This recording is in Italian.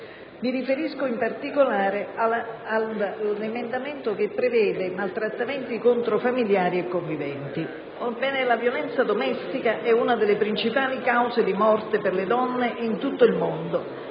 Mi riferisco in particolare all'emendamento 1.23, che si occupa dei maltrattamenti contro familiari e conviventi. Orbene, la violenza domestica è una delle principali cause di morte per le donne in tutto il mondo.